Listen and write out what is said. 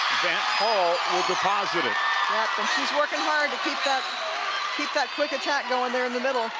van't hul will deposit it. and she's working hard to keep that keep that quick attack going there in the middle,